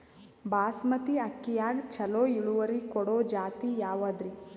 ಬಾಸಮತಿ ಅಕ್ಕಿಯಾಗ ಚಲೋ ಇಳುವರಿ ಕೊಡೊ ಜಾತಿ ಯಾವಾದ್ರಿ?